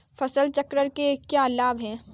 फसल चक्र के क्या लाभ हैं?